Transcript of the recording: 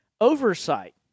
oversight